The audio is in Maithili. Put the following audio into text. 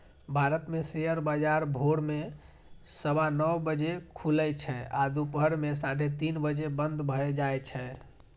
भारत मे शेयर बाजार भोर मे सवा नौ बजे खुलै छै आ दुपहर मे साढ़े तीन बजे बंद भए जाए छै